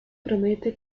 promete